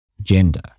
gender